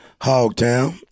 Hogtown